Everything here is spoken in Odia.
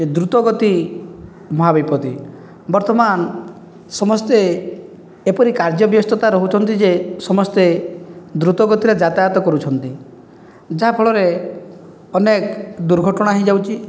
ଦ୍ରୁତଗତି ମହା ବିପତ୍ତି ବର୍ତ୍ତମାନ ସମସ୍ତେ ଏପରି କାର୍ଯ୍ୟ ବ୍ୟସ୍ତତା ରହୁଛନ୍ତି ଯେ ସମସ୍ତେ ଦ୍ରୁତଗତିରେ ଯାତାୟତ କରୁଛନ୍ତି ଯାହାଫଳରେ ଅନେକ ଦୁର୍ଘଟଣା ହୋଇଯାଉଛି